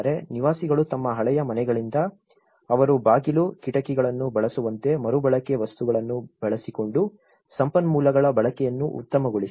ನಿವಾಸಿಗಳು ತಮ್ಮ ಹಳೆಯ ಮನೆಗಳಿಂದ ಅವರು ಬಾಗಿಲು ಕಿಟಕಿಗಳನ್ನು ಬಳಸುವಂತೆ ಮರುಬಳಕೆಯ ವಸ್ತುಗಳನ್ನು ಬಳಸಿಕೊಂಡು ಸಂಪನ್ಮೂಲಗಳ ಬಳಕೆಯನ್ನು ಉತ್ತಮಗೊಳಿಸಿದರು